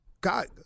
God